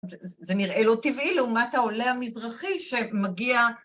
זה נראה לא טבעי לעומת העולה המזרחי שמגיע